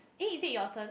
eh is it your turn